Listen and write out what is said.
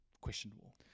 questionable